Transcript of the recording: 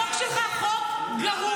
החוק שלך הוא חוק גרוע,